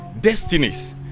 destinies